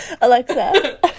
Alexa